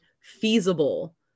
feasible